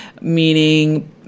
meaning